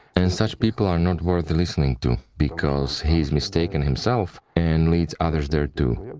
and such people are not worth listening to, because he is mistaken himself and leads others there too.